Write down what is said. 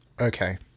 Okay